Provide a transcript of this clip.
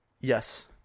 Yes